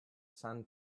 sand